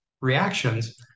reactions